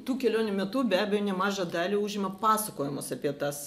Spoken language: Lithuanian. tų kelionių metu be abejo nemažą dalį užima pasakojimas apie tas